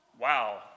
Wow